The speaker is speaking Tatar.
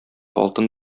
алтын